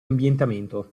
ambientamento